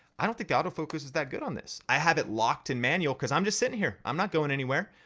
i don't think the autofocus is that good on this. i have it locked in manual cause i'm just sitting here, i'm not going anywhere.